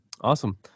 Awesome